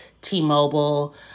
T-Mobile